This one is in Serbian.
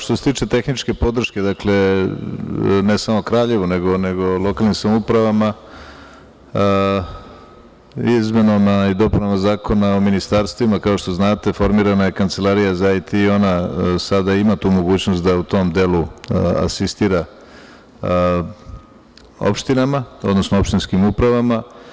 Što se tiče tehničke podrške, dakle, ne samo Kraljevo, nego lokalnim samoupravama, izmenama i dopunama Zakona o ministarstvima, kao što znate formirana je Kancelarija za IT i ona sada ima tu mogućnost da u tom delu asistira opštinama, odnosno opštinskim upravama.